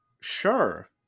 Sure